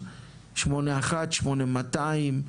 8200,